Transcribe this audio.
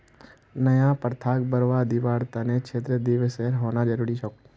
नया प्रथाक बढ़वा दीबार त न क्षेत्र दिवसेर होना जरूरी छोक